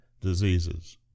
diseases